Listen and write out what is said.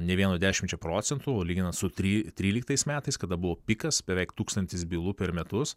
ne vienu dešimčia procentų lyginant su try tryliktais metais kada buvo pikas beveik tūkstantis bylų per metus